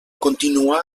continuà